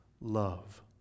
love